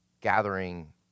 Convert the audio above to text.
gathering